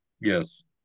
Yes